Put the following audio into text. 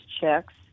checks